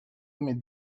mes